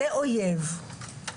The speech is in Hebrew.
זה אוייב.